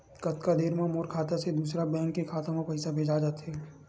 कतका देर मा मोर खाता से दूसरा बैंक के खाता मा पईसा भेजा जाथे?